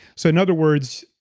so in other words,